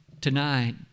Tonight